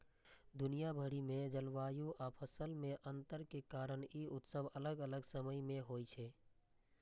दुनिया भरि मे जलवायु आ फसल मे अंतर के कारण ई उत्सव अलग अलग समय मे होइ छै